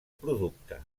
producte